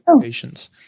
patients